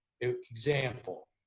Example